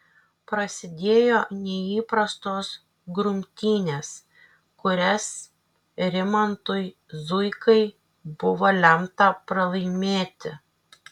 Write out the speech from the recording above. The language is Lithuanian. prasidėjo neįprastos grumtynės kurias rimantui zuikai buvo lemta pralaimėti